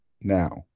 Now